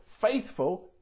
faithful